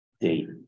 date